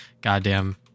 goddamn